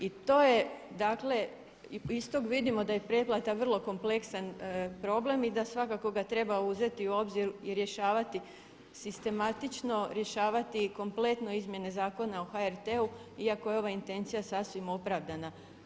I to je dakle, iz tog vidimo da je pretplata vrlo kompleksan problem i da svakako ga treba uzeti u obzir i rješavati sistematično, rješavati kompletno izmjena Zakona o HRT-u iako je ova intencija sasvim opravdana.